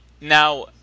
Now